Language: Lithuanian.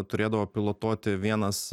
turėdavo pilotuoti vienas